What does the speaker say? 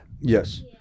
Yes